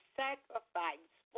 sacrificed